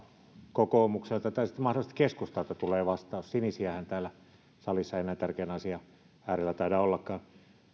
kokoomukselta tai sitten mahdollisesti keskustalta tulee vastaus sinisiähän täällä salissa ei näin tärkeän asian äärellä taida ollakaan